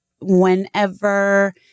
whenever